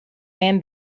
man